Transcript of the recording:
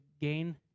gain